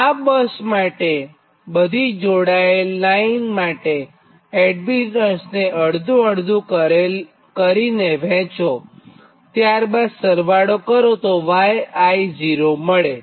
આ બસ માટે બધી જોડાયેલ લાઇન માટે એડમીટન્સને અડધું કરી વહેંચો અને ત્યારબાદ સરવાળો કરો તો yi0 મળે